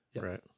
Right